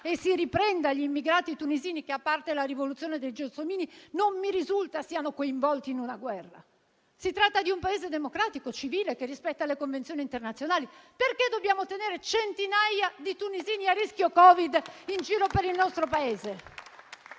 e si riprenda gli immigrati tunisini che, a parte la rivoluzione dei Gelsomini, non mi risulta siano coinvolti in una guerra. Si tratta di un Paese democratico, civile, che rispetta le convenzioni internazionali, perché dobbiamo tenere centinaia di tunisini a rischio Covid in giro per il nostro Paese?